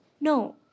No